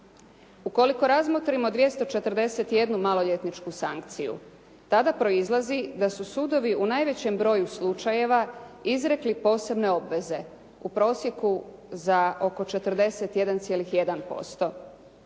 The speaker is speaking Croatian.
Ukoliko razmotrimo 241 maloljetničku sankciju, tada proizlazi da su sudovi u najvećem broju slučajeva izrekli posebne obveze u prosjeku za oko 41,1%,